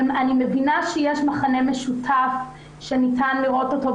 אני מבינה שיש מכנה משותף שניתן לראותו אותו,